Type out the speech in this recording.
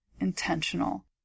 intentional